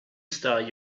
start